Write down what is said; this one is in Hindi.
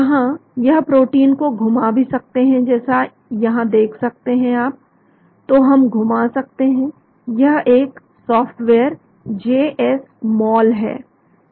यहां हम प्रोटीन को घुमा भी सकते हैं जैसा आप यहां देख सकते हैं तो हम घुमा सकते हैं यह एक सॉफ्टवेयर जेएस मॉल है